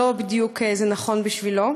זה לא בדיוק נכון בשבילו.